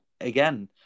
again